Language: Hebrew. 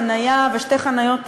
חניה ושתי חניות לדירה,